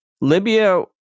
libya